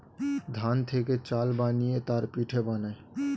ধান থেকে চাল বানিয়ে তার পিঠে বানায়